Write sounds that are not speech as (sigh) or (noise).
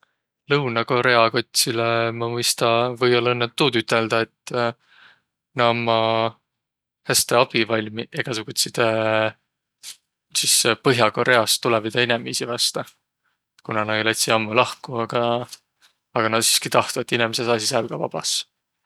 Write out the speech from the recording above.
Lõunõ-Korea kotsilõ ma mõista või-ollaq õnnõ tuud üteldäq, et nä ommaq häste abivalmiq egäsugutsidõ (hesitation) sis Põh'a-Koreast tulõvidõ inemiisi vasta. Kuna no lätsiq ammuq lahko, aga nä siski tahtvaq, et inemiseq saasiq sääl ka vabas.